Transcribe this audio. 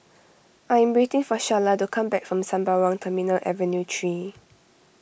I am waiting for Sharla to come back from Sembawang Terminal Avenue three